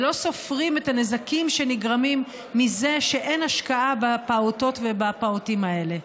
ולא סופרים את הנזקים שנגרמים מזה שאין השקעה בפעוטות ובפעוטים האלה.